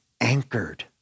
anchored